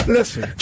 Listen